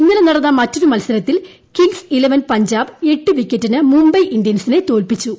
ഇന്നലെ നടന്ന മറ്റൊരു മത്സരത്തിൽ കിംങ്സ് ഇലവൻ പഞ്ചാബ് എട്ട് വിക്കറ്റിന് മുംബൈ ഇന്ത്യൻസിനെ തോൽപ്പിച്ചു